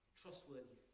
trustworthy